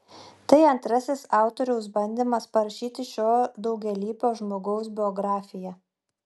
tai antrasis autoriaus bandymas parašyti šio daugialypio žmogaus biografiją